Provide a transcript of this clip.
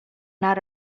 not